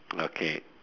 okay